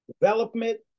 development